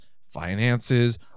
finances